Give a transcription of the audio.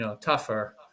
tougher